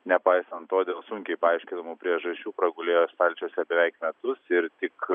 nepaisant to dėl sunkiai paaiškinamų priežasčių pragulėjo stalčiuose beveik metus ir tik